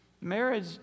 marriage